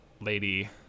Lady